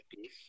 piece